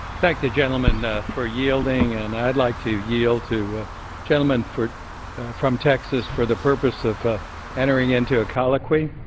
thank the gentleman for yielding. and i'd like to yield to the gentleman for from texas for the purpose of ah entering into a colloquy.